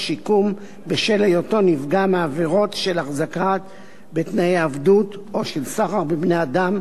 שיקום בשל היותו נפגע מעבירות של החזקה בתנאי עבדות או של סחר בבני-אדם,